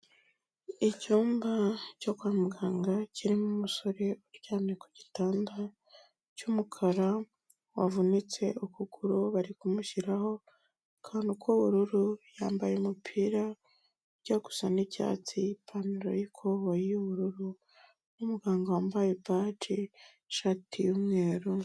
Icyumba cyo kwa muganga kirimo umusore uryamye ku gitanda cy'umukara wavunitse ukuguru bari kumushyiraho akantu k'ubururu, yambaye umupira ujya gusa n'icyatsi n'ipantaro yikoboyi y'ubururu, n'umuganga wambaye ibaji n'ishati y'umweru.